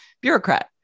bureaucrat